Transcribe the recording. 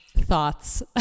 thoughts